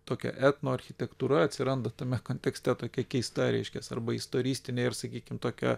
tokią etnos architektūra atsiranda tame kontekste tokia keista reiškias arba istoristinė ir sakykim tokia